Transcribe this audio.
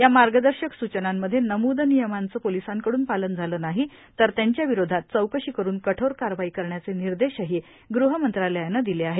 या मार्गदर्शक सूचनांमधे नम्दद नियमांचं पोलीसांकडून पालन झालं नाही तर त्यांच्याविरोधात चौकशी करून कठोर कारवाई करण्याचे निर्देशही गृहमंत्रालयानं दिले आहेत